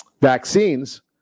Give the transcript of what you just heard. vaccines